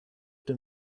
dem